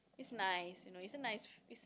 it's nice you know it's a nice f~ it's